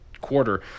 quarter